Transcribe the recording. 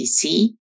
DC